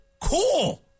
Cool